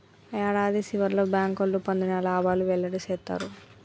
యాడాది సివర్లో బ్యాంకోళ్లు పొందిన లాబాలు వెల్లడి సేత్తారు